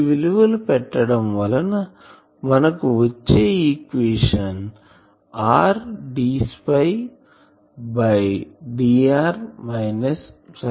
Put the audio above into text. ఈ విలువలు పెట్టడం వలన మనకు వచ్చే equation r dψ dr minus ψ